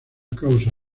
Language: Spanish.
causa